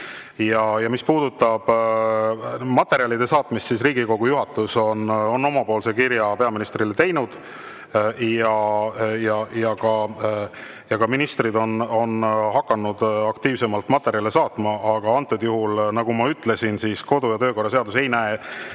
Mis puudutab materjalide saatmist, siis Riigikogu juhatus on kirja peaministrile saatnud, ja ka ministrid on hakanud aktiivsemalt materjale saatma. Aga nagu ma ütlesin, kodu- ja töökorra seadus ei näe